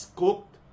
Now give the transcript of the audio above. cooked